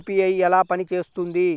UPI ఎలా పనిచేస్తుంది?